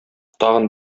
тагын